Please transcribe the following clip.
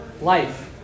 life